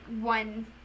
one